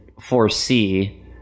foresee